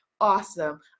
awesome